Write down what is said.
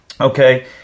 okay